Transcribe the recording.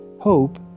Hope